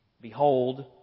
Behold